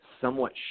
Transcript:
somewhat